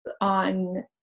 on